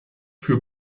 für